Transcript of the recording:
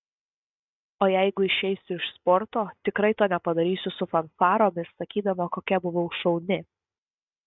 o jeigu išeisiu iš sporto tikrai to nepadarysiu su fanfaromis sakydama kokia buvau šauni